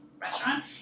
restaurant